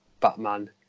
Batman